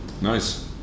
Nice